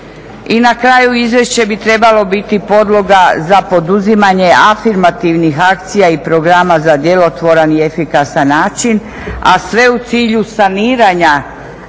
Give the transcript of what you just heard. I na kraju, izvješće bi trebalo biti podloga za poduzimanje afirmativnih akcija i programa za djelotvoran i efikasan način, a sve u cilju saniranja